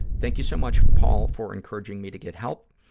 thank you so much, paul, for encouraging me to get help.